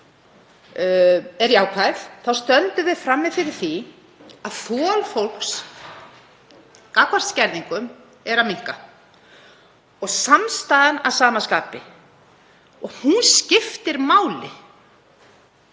er jákvæð stöndum við frammi fyrir því að þol fólks gagnvart skerðingum er að minnka og samstaðan að sama skapi, og hún skiptir máli.